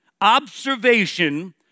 Observation